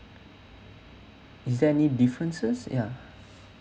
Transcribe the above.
is there any differences ya